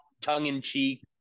tongue-in-cheek